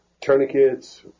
tourniquets